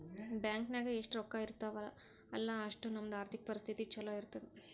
bank ನಾಗ್ ಎಷ್ಟ ರೊಕ್ಕಾ ಇರ್ತಾವ ಅಲ್ಲಾ ಅಷ್ಟು ನಮ್ದು ಆರ್ಥಿಕ್ ಪರಿಸ್ಥಿತಿ ಛಲೋ ಇರ್ತುದ್